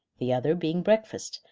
the other being breakfast,